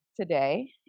today